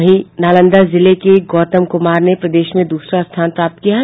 वहीं नालंदा जिले के गौतम कुमार ने प्रदेश में दूसरा स्थान प्राप्त किया है